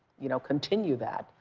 you know, continue that,